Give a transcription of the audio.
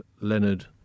Leonard